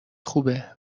خوبه